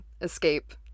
escape